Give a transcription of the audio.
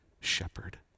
shepherd